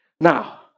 Now